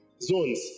Zones